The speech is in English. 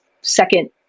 second